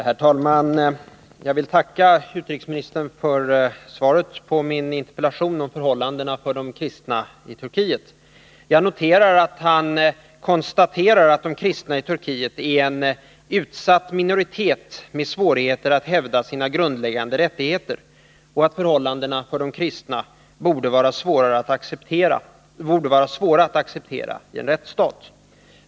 Herr talman! Jag vill tacka utrikesministern för svaret på min interpellation om förhållandena för de kristna i Turkiet. Jag noterar att han konstaterar att de kristna i Turkiet är ”en utsatt minoritet med svårigheter att . hävda sina grundläggande rättigheter” och att förhållandena för de kristna ”borde vara svåra att acceptera i en rättsstat”.